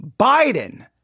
Biden